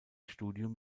studium